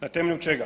Na temelju čega?